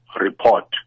report